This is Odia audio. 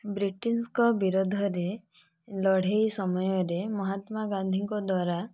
ବ୍ରିଟିଶଙ୍କ ବିରୋଧରେ ଲଢ଼େଇ ସମୟରେ ମହାତ୍ମା ଗାନ୍ଧୀଙ୍କ ଦ୍ୱାରା